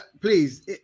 please